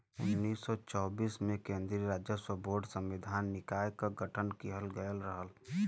उन्नीस सौ चौबीस में केन्द्रीय राजस्व बोर्ड सांविधिक निकाय क गठन किहल गयल रहल